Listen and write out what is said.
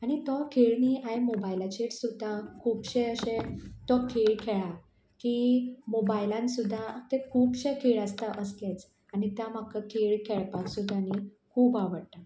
आनी तो खेळ न्ही हांयें मोबायलाचेर सुद्दां खुबशे अशें तो खेळ खेळ्ळा की मोबायलान सुद्दां ते खुबशे खेळ आसता असलेच आनी त्या म्हाका खेळ खेळपाक सुद्दां न्ही खूब आवडटा